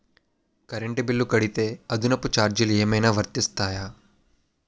Current bill కడితే అదనపు ఛార్జీలు ఏమైనా వర్తిస్తాయా?